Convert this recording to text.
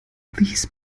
these